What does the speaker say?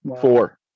four